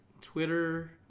Twitter